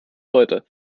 heute